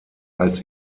als